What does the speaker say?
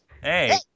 Hey